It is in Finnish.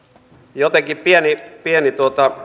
jotenkin pieni pieni